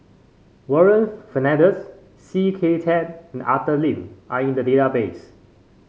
Warren Fernandez C K Tang and Arthur Lim are in the database